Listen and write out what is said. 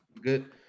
Good